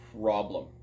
problem